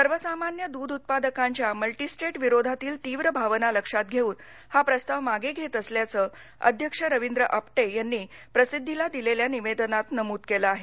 सर्वसामान्य दूध उत्पादकांच्या मल्टीस्टेट विरोधातील तीव्र भावना लक्षात घेऊन हा प्रस्ताव मागे घेत असल्याचं अध्यक्ष रवींद्र आपटे यांनी प्रसिद्धीला निवेदनात नमूद केलं आहे